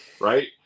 right